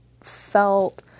felt